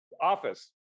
office